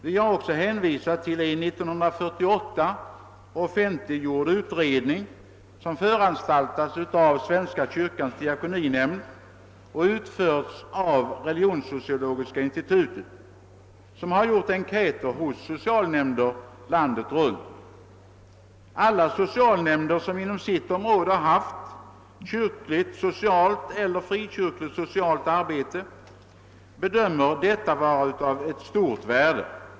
Vi har också hänvisat till en år 1948 offentliggjord utredning, som föranstaltats av Svenska kyrkans diakoninämnd och utförts av Religionssociologiska institutet, som har gjort enkäter hos socialnämnder landet runt. Alla socialnämnder, som inom sitt område har haft kyrkligt-socialt eller/ och frikyrkligt-socialt arbete bedömer detta vara av stort värde.